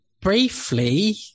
briefly